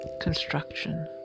construction